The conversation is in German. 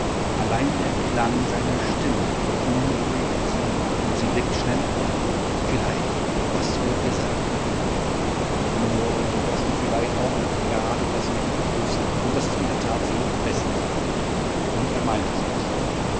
allein der klang seiner stimme beunruhigt sie und sie blickt schnell auf vielleicht was wollt ihr sagen nur daß du vielleicht auch gerade das richtige triffst und daß es in der tat so am besten sein wird und er meint es auch so